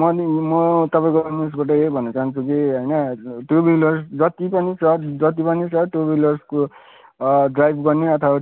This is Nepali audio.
म नि म तपाईँको न्युजबाट यही भन्नु चाहन्छु कि होइन टू विलर्स जति पनि छ जति पनि टू विलर्सको ड्राइभ गर्ने अथवा